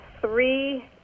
three